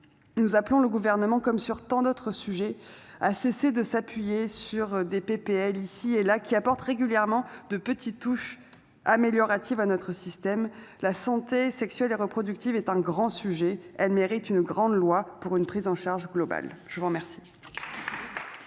Nous appelons le gouvernement comme sur tant d'autres sujets a cessé de s'appuyer sur des PPL ici et là qui apporte régulièrement de petites touches améliore hâtive à notre système la santé sexuelle et reproductive est un grand sujet elles méritent une grande loi pour une prise en charge globale. Je vous remercie.